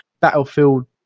battlefield